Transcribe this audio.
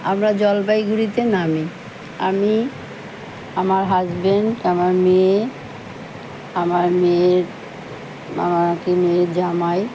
আমরা জলপাইগুড়িতে নামি আমি আমার হাজবেন্ড আমার মেয়ে আমার মেয়ের আমাকে মেয়ের জামাই